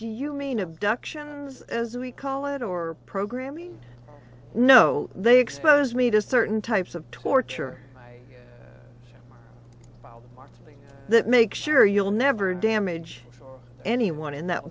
do you mean abductions as we call it or programming no they expose me to certain types of torture that make sure you'll never damage anyone in that